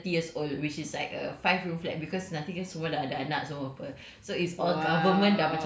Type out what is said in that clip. and then the last will be thirty years old which is like a five room flat because nanti kan semua dah ada anak semua apa